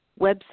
website